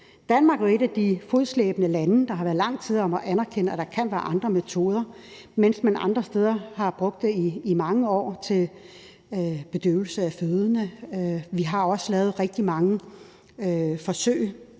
Danmark var et af de fodslæbende lande, der har været lang tid om at anerkende, at der kan være andre metoder, mens man andre steder har brugt det i mange år til bedøvelse af fødende. Vi har også lavet rigtig mange forsøg,